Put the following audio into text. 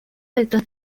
detrás